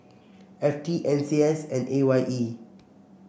F T N C S and A Y E